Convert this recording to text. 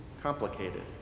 complicated